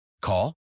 Call